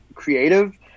creative